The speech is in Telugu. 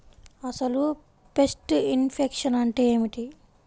అసలు పెస్ట్ ఇన్ఫెక్షన్ అంటే ఏమిటి?